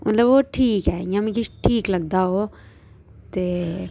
मतलब ओह् ठीक ऐ मतलब इ'यां किश ठीक लगदा ओह् ते